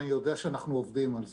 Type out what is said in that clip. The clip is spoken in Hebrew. אני יודע שאנחנו עובדים על זה.